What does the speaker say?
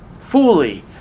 fully